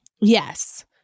Yes